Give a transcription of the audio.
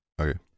Okay